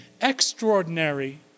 extraordinary